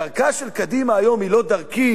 דרכה של קדימה היום היא לא דרכי,